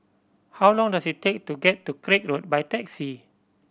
how long does it take to get to Craig Road by taxi